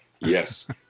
Yes